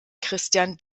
christian